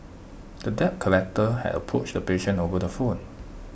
the debt collector had approached the patient over the phone